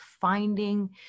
finding